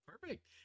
perfect